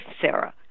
Sarah